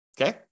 Okay